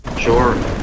Sure